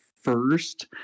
first